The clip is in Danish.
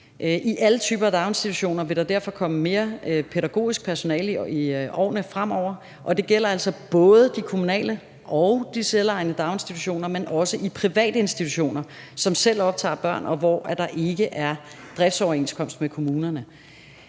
I alle typer af daginstitutioner vil der derfor komme mere pædagogisk personale i årene fremover, og det gælder altså både de kommunale og de selvejende daginstitutioner, men også private institutioner, som selv optager børn, og som ikke har driftsoverenskomst med kommunerne.